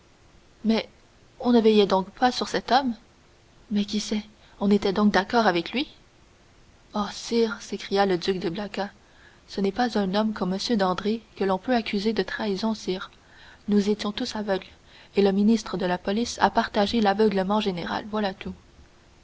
mais on ne veillait donc pas sur cet homme mais qui sait on était donc d'accord avec lui oh sire s'écria le duc de blacas ce n'est pas un homme comme m dandré que l'on peut accuser de trahison sire nous étions tous aveugles et le ministre de la police a partagé l'aveuglement général voilà tout